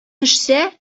төшсә